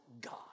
God